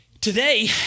Today